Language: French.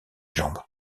jambes